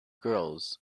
girls